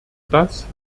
das